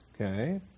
Okay